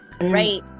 Right